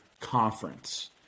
conference